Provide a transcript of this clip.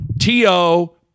t-o